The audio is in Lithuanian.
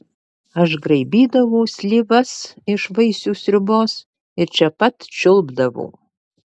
aš graibydavau slyvas iš vaisių sriubos ir čia pat čiulpdavau